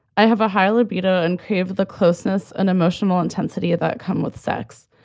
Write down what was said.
i have a higher libido and crave the closeness, an emotional intensity that come with sex.